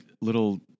little